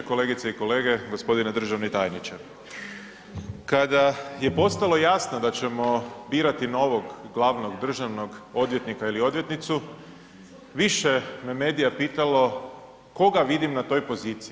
Kolegice i kolege, gospodine državni tajniče, kada je postalo jasno da ćemo birati novog glavnog državnog odvjetnika ili odvjetnicu više me medija pitalo koga vidim na toj poziciji.